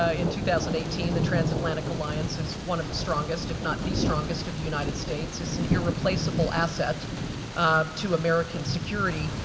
ah in two thousand and eighteen, the transatlantic alliance is one of the strongest, if not the strongest, of the united states. it's an irreplaceable asset to american security.